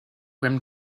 rimmed